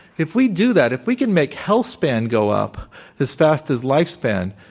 if we do that, if we can make health span go up as fast as lifespan,